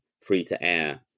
free-to-air